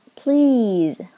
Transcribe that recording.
please